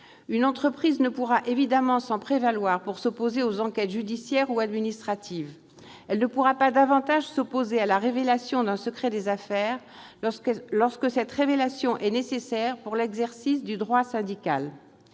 Une entreprise ne pourra évidemment s'en prévaloir pour s'opposer aux enquêtes judiciaires ou administratives. Elle ne pourra pas davantage s'opposer à la révélation d'un secret des affaires, lorsque cette révélation est nécessaire pour l'exercice du droit syndical.